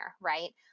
right